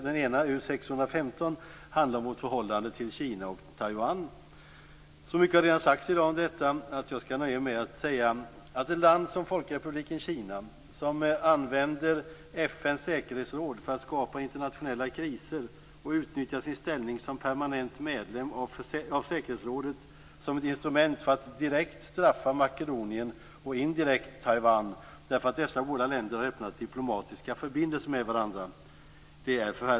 Den ena, U615, handlar om vårt förhållande till Kina och Taiwan. Mycket har redan sagts i dag om detta. Jag skall nöja mig att säga att det är förfärande att ett land som Folkrepubliken Kina kan använda FN:s säkerhetsråd för att skapa internationella kriser och utnyttja sin ställning som permanent medlem av säkerhetsrådet som ett instrument för att direkt straffa Makedonien och indirekt Taiwan därför att dessa båda länder har öppnat diplomatiska förbindelser med varandra.